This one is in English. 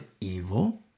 evil